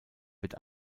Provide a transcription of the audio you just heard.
wird